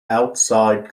outside